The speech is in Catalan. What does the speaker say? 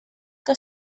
que